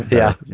yeah.